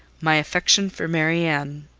my affection for marianne,